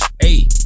Hey